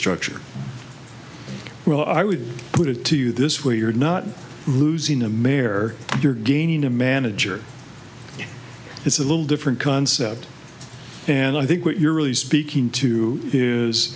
structure well i would put it to you this way you're not losing a mayor you're gaining a manager it's a little different concept and i think what you're really speaking to is